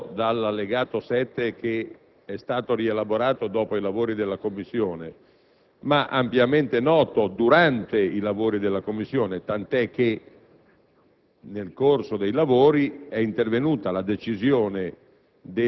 il punto oggi evidenziato dall'allegato 7, che è stato rielaborato dopo i lavori della Commissione, era ampiamente noto durante i lavori della Commissione, tant'è che,